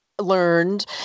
learned